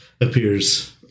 appears